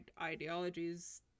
ideologies